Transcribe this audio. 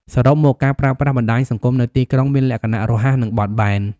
សរុបមក ការប្រើប្រាស់បណ្ដាញសង្គមនៅទីក្រុងមានលក្ខណៈរហ័ស និងបត់បែន។